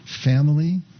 family